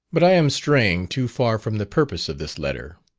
but i am straying too far from the purpose of this letter.